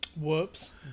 Whoops